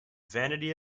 vanity